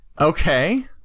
Okay